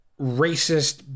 racist